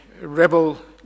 rebel